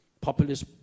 populist